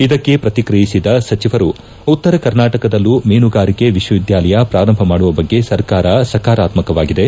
ಇದಕ್ಕೆ ಪ್ರತಿಕ್ರಿಯಿಸಿದ ಸಚಿವರು ಉತ್ತರ ಕರ್ನಾಟಕದಲ್ಲೂ ಮೀನುಗಾರಿಕೆ ವಿಶ್ವವಿದ್ಯಾಲಯ ಪೂರಂಭ ಮಾಡುವ ಬಗ್ಗೆ ಸರ್ಕಾರ ಸಕಾರಾತ್ಸಕವಾಗಿದೆ